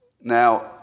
Now